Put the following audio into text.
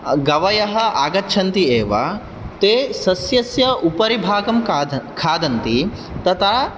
गवयः आगच्छन्ति एव ते सस्यस्य उपरि भागं खादन् खादन्ति तता